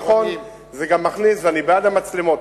נכון, אני בעד המצלמות.